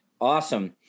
Awesome